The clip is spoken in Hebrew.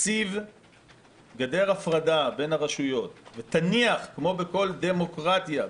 תציב גדר הפרדה בין הרשויות ותניח כמו בכל דמוקרטיה,